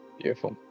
Beautiful